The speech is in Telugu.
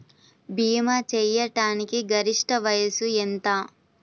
భీమా చేయాటానికి గరిష్ట వయస్సు ఎంత?